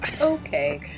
Okay